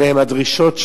אלה הן הדרישות שלו.